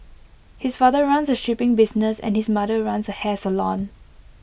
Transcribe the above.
his father runs A shipping business and his mother runs A hair salon